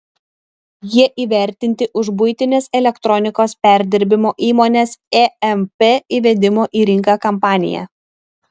jie įvertinti už buitinės elektronikos perdirbimo įmonės emp įvedimo į rinką kampaniją